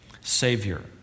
Savior